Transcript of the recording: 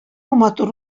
матур